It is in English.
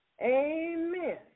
Amen